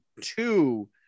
Two